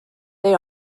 they